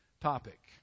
topic